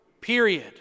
period